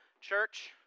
Church